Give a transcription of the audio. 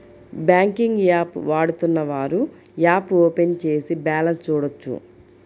banking app వాడుతున్నవారు app open చేసి balance చూడొచ్చు